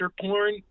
porn